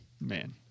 man